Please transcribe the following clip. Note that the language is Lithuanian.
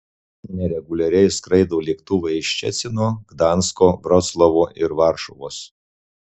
nereguliariai skraido lėktuvai iš ščecino gdansko vroclavo ir varšuvos